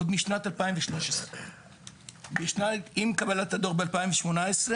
עוד משנת 2013. עם קבלת הדוח ב-2018,